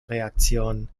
reaktion